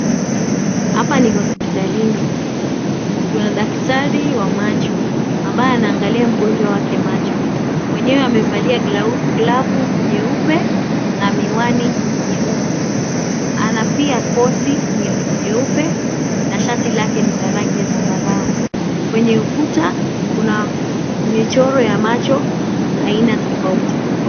Hapa ni hospitalini. Kuna daktari wa macho ambaye anamwangalia mgonjwa wa macho. Mwenyewe amevalia glavu nyeupe na miwani nyeusi. Anapiga koti nyeupe na shati lake ni la rangi ya zambarau. Kwenye ukuta kuna michoro ya macho aina tofauti tofauti.